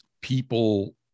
people